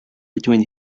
between